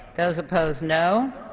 those opposed, no.